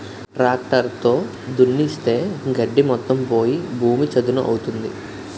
tractor తో దున్నిస్తే గడ్డి మొత్తం పోయి భూమి చదును అవుతుంది